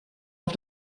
auf